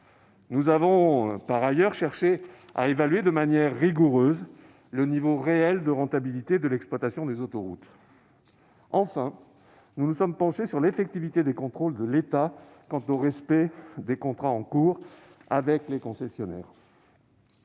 Nous avons, par ailleurs, cherché à évaluer de manière rigoureuse le niveau réel de rentabilité de l'exploitation des autoroutes. Enfin, nous nous sommes penchés sur l'effectivité des contrôles de l'État quant au respect des contrats en cours avec les concessionnaires.